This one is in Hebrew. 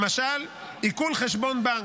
למשל, עיקול חשבון בנק: